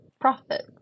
profit